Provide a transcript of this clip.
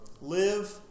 Live